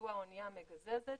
בסיוע האנייה המגזזת,